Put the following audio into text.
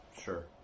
Sure